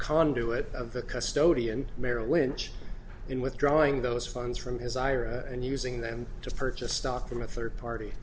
conduit of the custody and merrill lynch in withdrawing those funds from his ira and using them to purchase stock from a third party